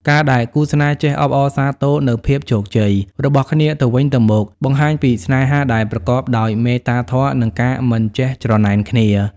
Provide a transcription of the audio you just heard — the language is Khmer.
ការដែលគូស្នេហ៍ចេះ "អបអរសាទរនូវភាពជោគជ័យ" របស់គ្នាទៅវិញទៅមក បង្ហាញពីស្នេហាដែលប្រកបដោយមេត្តាធម៌ និងការមិនចេះច្រណែនគ្នា។